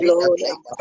Lord